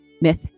Myth